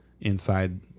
inside